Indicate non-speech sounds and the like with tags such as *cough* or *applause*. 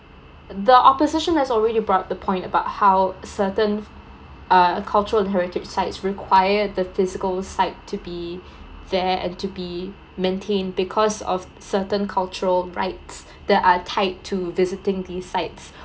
the opposition has already brought the point about how certain uh cultural and heritage sites require the physical site to be *breath* there and to be maintained because of certain cultural rights that are tied to visiting these sites *breath*